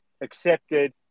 accepted